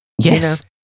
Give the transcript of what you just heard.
Yes